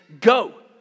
Go